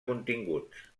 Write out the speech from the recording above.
continguts